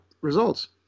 results